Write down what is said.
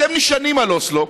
אתם נשענים על אוסלו,